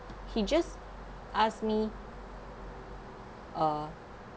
he just ask me uh